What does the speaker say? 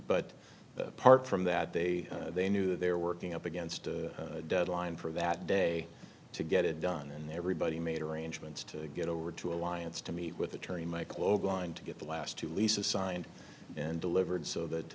but apart from that they they knew they were working up against a deadline for that day to get it done and everybody made arrangements to get over to alliance to meet with attorney michael or going to get the last two leases signed and delivered so that